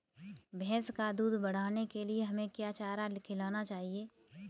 भैंस का दूध बढ़ाने के लिए हमें क्या चारा खिलाना चाहिए?